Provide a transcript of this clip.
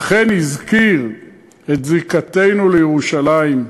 אכן הזכיר את זיקתנו לירושלים,